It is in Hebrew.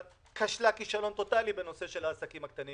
כשלה כישלון טוטלי בנושא של העסקים הקטנים